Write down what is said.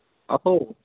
अहो